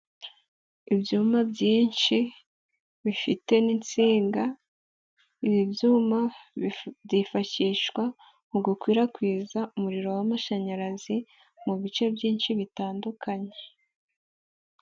Ibyuma byinshi bifite n'insinga, ibi byuma byifashishwa mu gukwirakwiza umuriro w'amashanyarazi, mu bice byinshi bitandukanye.